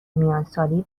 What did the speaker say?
میانسالی